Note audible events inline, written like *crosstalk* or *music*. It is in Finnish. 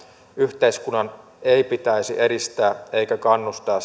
yhteiskunnan ei pitäisi edistää eikä kannustaa *unintelligible*